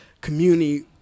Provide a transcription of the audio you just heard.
community